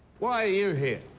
why are you here?